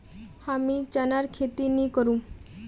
हमीं चनार खेती नी करुम